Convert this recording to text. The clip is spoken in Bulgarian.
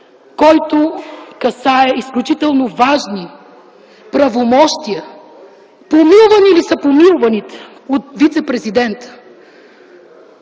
който касае изключително важни правомощия? Помилвани ли са помилваните от вицепрезидента?